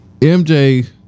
MJ